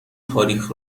تاریخ